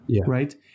right